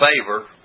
favor